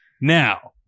Now